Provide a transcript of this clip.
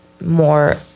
more